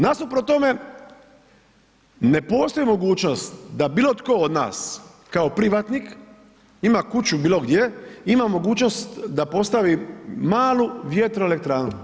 Nasuprot tome ne postoji mogućnost da bilo tko od nas kao privatnik ima kuću bilo gdje, ima mogućnost da postavi malu vjetroelektranu.